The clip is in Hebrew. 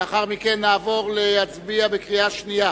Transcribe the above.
לאחר מכן נעבור להצביע בקריאה שנייה